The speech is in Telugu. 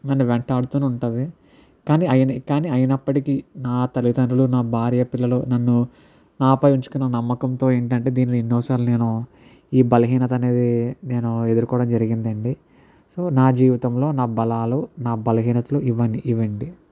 నన్ను వెంటాడుతూనే ఉంటుంది కానీ అయిన కానీ అయినప్పటికీ నా తల్లితండ్రులు నా భార్య పిల్లలు నన్ను నాపై ఉంచుకున్న నమ్మకంతో ఏంటి అంటే దీన్ని ఎన్నో సార్లు నేను ఈ బలహీనత అనేది నేను ఎదుర్కోవడం జరిగిందండి సో నా జీవితంలో నా బలాలు నా బలహీనతలు ఇవంన్ని ఇవండి